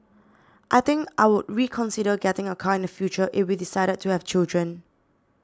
I think I would reconsider getting a car in the future if we decided to have children